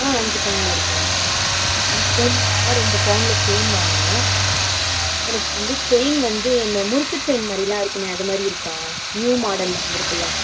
ஆ அஞ்சு பவுனில் இருக்கலாம் அஞ்சு பவுனில் ஆரம் ரெண்டு பவுனில் செயின் வாங்கணும் எனக்கு வந்து செயின் வந்து இந்த முறுக்கு செயின் மாதிரி எல்லாம் இருக்குமே அது மாதிரி இருக்கா நியூ மாடலில் வந்துருக்குல